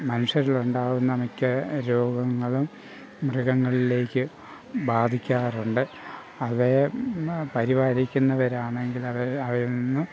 മനുഷ്യരിലുണ്ടാകുന്ന മിക്ക രോഗങ്ങളും മൃഗങ്ങളിലേക്ക് ബാധിക്കാറുണ്ട് അതെ പരിപാലിക്കുന്നവരാണെങ്കിലവർ അവരിൽ നിന്നും